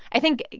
i think,